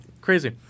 Crazy